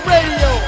Radio